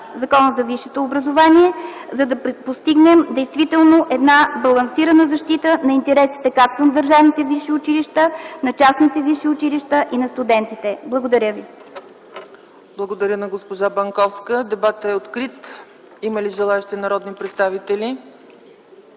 Закона за висшето образование, за да постигнем действително балансирана защита на интересите както на държавните висши училища, на частните висши училища и на студентите. Благодаря ви. ПРЕДСЕДАТЕЛ ЦЕЦКА ЦАЧЕВА: Благодаря на госпожа Банковска. Дебатът е открит. Има ли желаещи народни представители?